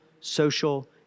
social